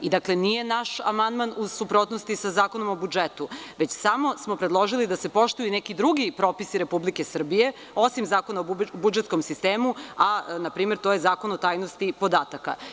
Dakle, nije naš amandman u suprotnosti sa Zakonom o budžetu, već samo smo predložili da se poštuju i neki drugi propisi Republike Srbije, osim Zakona o budžetskomsistemu, a na primer, to je Zakon o tajnosti podataka.